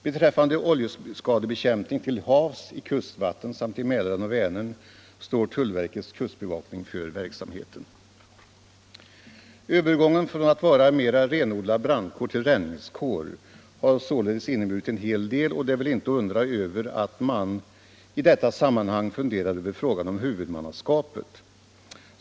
Beträffande ol Torsdagen den jeskadebekämpning till havs i kustvatten samt i Mälaren och Vänern 3 april 1975 står tullverkets kustbevakning för verksamheten. Övergången från att vara mera renodlad brandkår till räddningskår Beredskap för har således inneburit en hel del, och det är väl inte att undra över att — oljebekämpning till man i detta sammanhang funderar över frågan om huvudmannaskapet. — havsm.m.